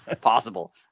possible